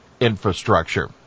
infrastructure